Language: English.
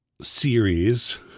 series